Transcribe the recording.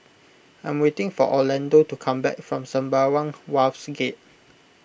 I am waiting for Orlando to come back from Sembawang Wharves Gate